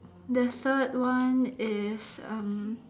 the third one is um